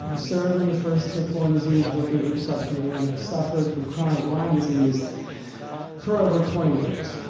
ah served in the first tick-borne disease working group subcommittee and had suffered from chronic lyme disease for over twenty years.